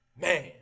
Man